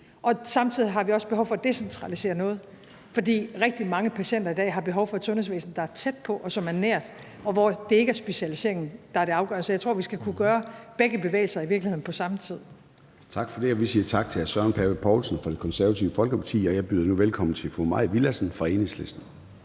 og samtidig har vi også behov for at decentralisere noget, for rigtig mange patienter i dag har behov for et sundhedsvæsen, der er tæt på, og som er nært, og hvor det ikke er specialiseringen, der er det afgørende. Så jeg tror i virkeligheden, at vi skal kunne gøre begge bevægelser på samme tid. Kl. 13:39 Formanden (Søren Gade): Tak for det. Vi siger tak til hr. Søren Pape Poulsen fra Det Konservative Folkeparti. Jeg byder nu velkommen til fru Mai Villadsen fra Enhedslisten.